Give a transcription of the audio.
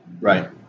Right